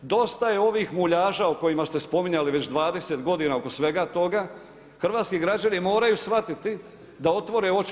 Dosta je ovih muljaža o kojima ste spominjali već 20 godina oko svega toga, hrvatski građani moraju shvatiti da otvore oči.